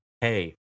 hey